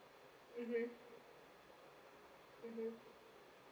mmhmm